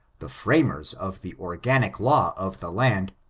the framers of the organic law of the land,